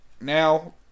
Now